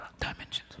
dimensions